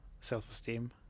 self-esteem